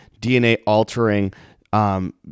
DNA-altering